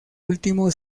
último